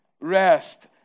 rest